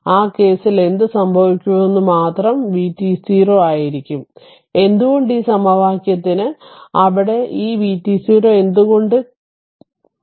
അതിനാൽ ആ കേസിൽ എന്തു സംഭവിക്കുമെന്ന് മാത്രം vt0 ആയിരിക്കും എന്തുകൊണ്ട് ഈ സമവാക്യം ന് അവിടെ ഈ VT0 എന്തുകൊണ്ട് എന്നു ക്ലിയർ ചെയ്യാം